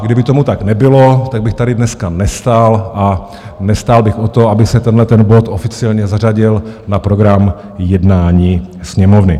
Kdyby tomu tak nebylo, tak bych tady dneska nestál a nestál bych o to, aby se tento bod oficiálně zařadil na program jednání Sněmovny.